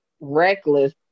Reckless